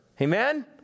Amen